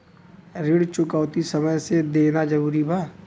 ऋण चुकौती समय से देना जरूरी बा?